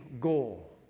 goal